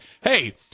hey